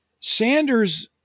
Sanders